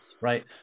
right